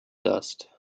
dust